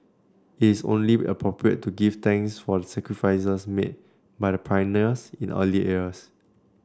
it's only appropriate to give thanks for the sacrifices made by the pioneers in the early years